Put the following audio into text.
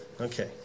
Okay